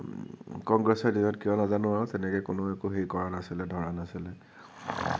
কংগ্ৰেছৰ দিনত কিয় নাজানো আৰু তেনেকে কোনো একো হেৰি কৰা নাছিলে ধৰা নাছিলে